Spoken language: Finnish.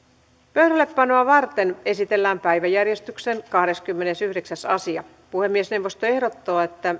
pöydällepanoa varten esitellään päiväjärjestyksen kahdeskymmenesyhdeksäs asia puhemiesneuvosto ehdottaa että